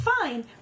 fine